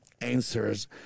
answers